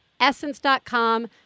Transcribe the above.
Essence.com